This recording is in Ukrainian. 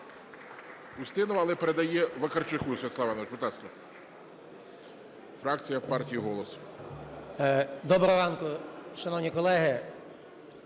Доброго ранку, шановні колеги!